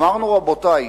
אמרנו, רבותי,